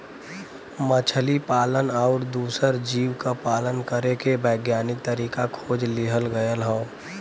मछली पालन आउर दूसर जीव क पालन करे के वैज्ञानिक तरीका खोज लिहल गयल हौ